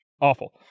Awful